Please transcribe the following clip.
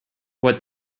what